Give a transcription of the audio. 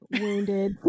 wounded